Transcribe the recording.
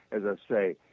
as i say,